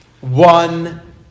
one